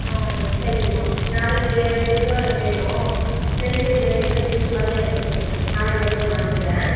ஆ சரிங்கம்மா நாளைக்கு ரெண்டு கிலோ எனக்கு வேணும் கெளுத்தி மீன் ரெண்டு கிலோ க்ளீன் பண்ணி எனக்கு கொடுத்துடுங்க நாளைக்கு வந்து நான் வாங்கிக்கிறேன்